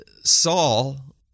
Saul